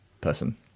person